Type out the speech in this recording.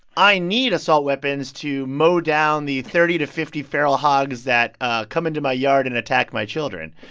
i need assault weapons to mow down the thirty to fifty feral hogs that ah come into my yard and attack my children,